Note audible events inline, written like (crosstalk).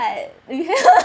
(laughs)